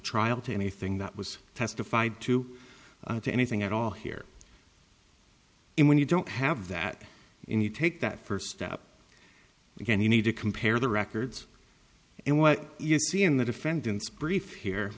trial to anything that was testified to anything at all here and when you don't have that in you take that first step again you need to compare the records and what you see in the defendant's brief here